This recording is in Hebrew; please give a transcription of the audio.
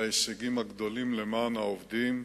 על ההישגים הגדולים למען העובדים.